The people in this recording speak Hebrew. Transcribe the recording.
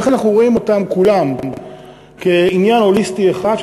איך אנחנו רואים אותם כולם כעניין הוליסטי אחד,